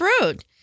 road